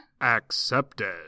accepted